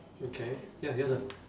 okay ya here's a